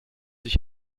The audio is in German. ich